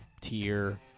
tier